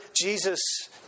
Jesus